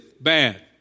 bad